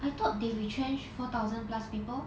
I thought they retrenched four thousand plus people